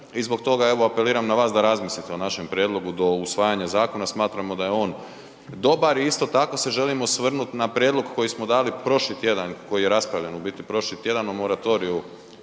i zbog toga evo apeliram na vas da razmislite o našem prijedlogu do usvajanja zakona, smatramo da je on dobar. I isto tako se želim osvrnut na prijedlog koji smo dali prošli tjedan, koji je raspravljen u biti prošli tjedan o moratoriju